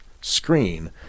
screen